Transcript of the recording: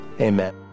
Amen